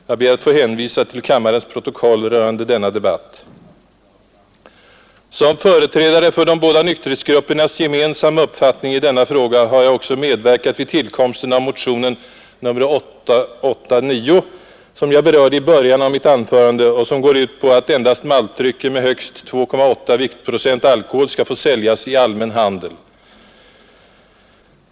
Jag ber att få hänvisa till kammarens protokoll rörande denna debatt. Som företrädare för de båda nykterhetsgruppernas gemensamma uppfattning i denna fråga har jag också medverkat vid tillkomsten av motionen 889, som jag berörde i början av mitt anförande och som går ut på att endast maltdrycker med högst 2,8 viktprocent alkohol skall få säljas i allmän handel.